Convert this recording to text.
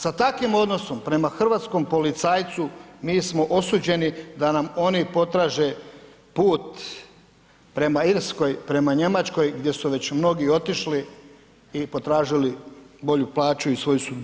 Sa takvim odnosnom prema hrvatskom policajcu, mi smo osuđeni da nam oni potraže put prema Irskoj, prema Njemačkoj, gdje su već mnogi otišli i potražili bolju plaću i svoju sudbinu.